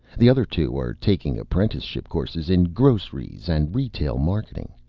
the other two are taking apprenticeship courses in groceries and retail marketing.